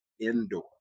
indoor